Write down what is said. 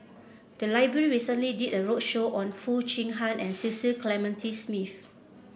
the library recently did a roadshow on Foo Chee Han and Cecil Clementi Smith